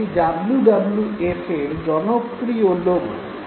এটি W W এফের জনপ্রিয় লোগো